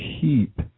keep